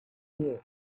year